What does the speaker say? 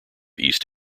east